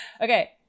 Okay